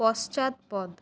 পশ্চাৎপদ